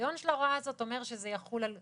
ההיגיון של ההוראה הזאת אומר שזה יחול על